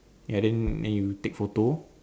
ya then then you take photo